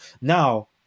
now